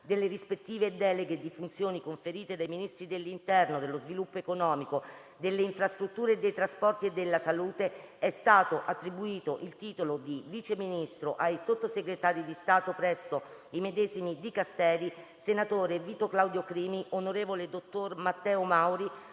delle rispettive deleghe di funzioni conferite dai Ministri dell'interno, dello sviluppo economico, delle infrastrutture e dei trasporti e della salute, è stato attribuito il titolo di Vice Ministro ai Sottosegretari di Stato presso i medesimi Dicasteri sen. Vito Claudio CRIMI, on. dott. Matteo MAURI,